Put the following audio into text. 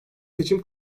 seçim